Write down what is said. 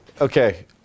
Okay